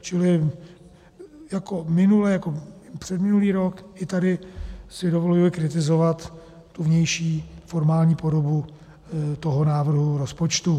Čili jako minule, jako i předminulý rok, i tady si dovoluji kritizovat vnější formální podobu návrhu rozpočtu.